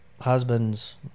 husbands